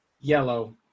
yellow